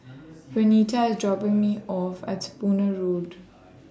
Renita IS dropping Me off At Spooner Road